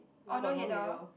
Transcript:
mine got no header